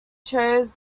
chose